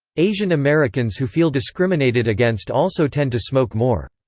asian americans who feel discriminated against also tend to smoke more.